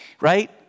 Right